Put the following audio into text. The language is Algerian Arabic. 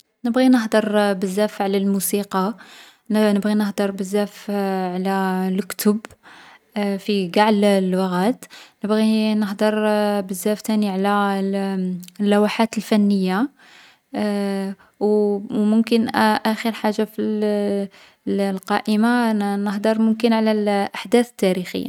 نبغي نهدر بزاف على الموسيقى. نـ نبغي نهدر بزاف على الكتب في قاع الـ اللغات. نبغي نهدر بزاف تاني على الـ اللوحات الفنية. و ممكن أ آخر حاجة في الـ الـ القائمة نـ نهدر ممكن على الـ الأحداث التاريخية.